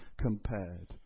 compared